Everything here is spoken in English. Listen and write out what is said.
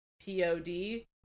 P-O-D